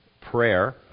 prayer